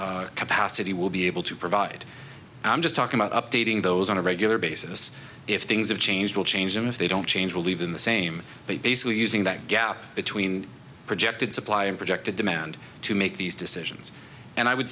much capacity will be able to provide i'm just talking about updating those on a regular basis if things have changed will change them if they don't change will even the same but basically using that gap between projected supply and projected demand to make these decisions and i would